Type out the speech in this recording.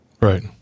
right